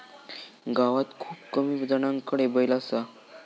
गावात खूप कमी जणांकडे बैल असा